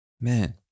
Man